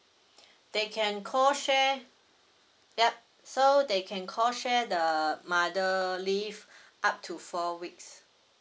they can co share yup so they can co share the mother leave up to four weeks